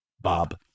Bob